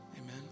Amen